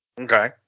Okay